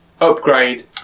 upgrade